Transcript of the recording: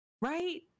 right